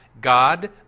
God